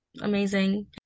amazing